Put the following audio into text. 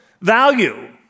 value